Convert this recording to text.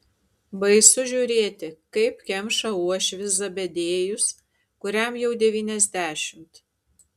baisu žiūrėti kaip kemša uošvis zebediejus kuriam jau devyniasdešimt